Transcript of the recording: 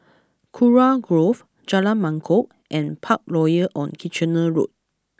Kurau Grove Jalan Mangkok and Parkroyal on Kitchener Road